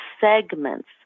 segments